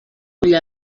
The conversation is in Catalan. ull